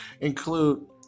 include